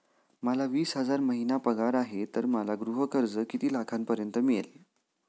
मला वीस हजार महिना पगार आहे तर मला गृह कर्ज किती लाखांपर्यंत मिळेल?